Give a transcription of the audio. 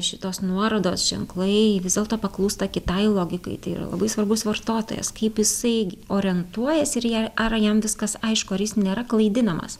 šitos nuorodos ženklai vis dėlto paklūsta kitai logikai tai yra labai svarbus vartotojas kaip jisai gi orientuojasi ir jei ar jam viskas aišku ar jis nėra klaidinamas